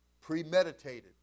premeditated